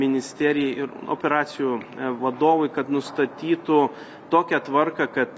ministerijai ir operacijų vadovui kad nustatytų tokią tvarką kad